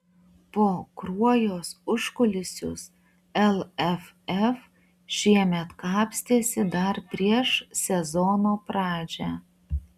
po kruojos užkulisius lff šiemet kapstėsi dar prieš sezono pradžią